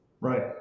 right